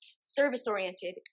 service-oriented